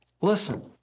Listen